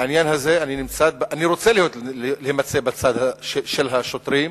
בעניין הזה אני רוצה להימצא בצד של השוטרים,